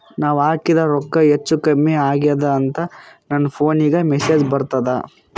ನಾವ ಹಾಕಿದ ರೊಕ್ಕ ಹೆಚ್ಚು, ಕಮ್ಮಿ ಆಗೆದ ಅಂತ ನನ ಫೋನಿಗ ಮೆಸೇಜ್ ಬರ್ತದ?